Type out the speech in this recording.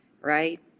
right